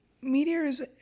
meteors